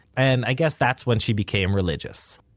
and i guess that's when she became religious.